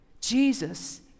Jesus